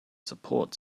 support